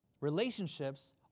relationships